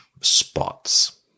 Spots